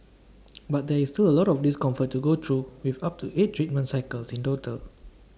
but there is still A lot of discomfort to go through with up to eight treatment cycles in total